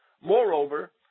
moreover